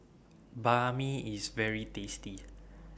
Banh MI IS very tasty